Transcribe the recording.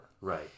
Right